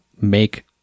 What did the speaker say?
make